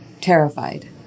terrified